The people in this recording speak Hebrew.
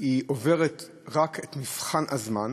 היא עוברת רק את מבחן הזמן?